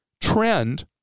trend